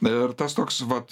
ir tas toks vat